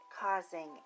causing